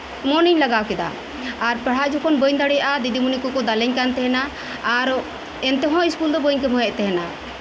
ᱢᱚᱱᱤᱧ ᱞᱟᱜᱟᱣ ᱠᱮᱫᱟ ᱟᱨ ᱯᱟᱲᱦᱟᱜ ᱡᱚᱠᱷᱚᱱ ᱵᱟᱹᱲ ᱫᱟᱲᱮᱭᱟᱜᱼᱟ ᱫᱤᱫᱤᱢᱩᱱᱤ ᱠᱚᱠᱚ ᱫᱟᱞᱮᱧ ᱠᱟᱱ ᱛᱟᱦᱮᱸᱱᱟ ᱟᱨ ᱮᱱᱛᱮ ᱦᱚᱸ ᱤᱥᱠᱩᱞ ᱫᱚ ᱵᱟᱹᱧ ᱠᱟᱹᱢᱦᱟᱹᱭᱮᱫ ᱛᱟᱦᱮᱸᱱᱟ